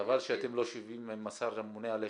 חבל שאתם לא יושבים עם השר הממונה עליכם.